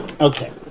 okay